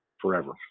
forever